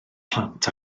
plant